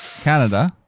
Canada